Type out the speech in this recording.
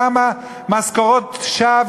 כמה משכורות שווא,